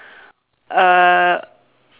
uh